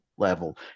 level